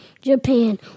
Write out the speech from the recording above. Japan